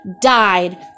died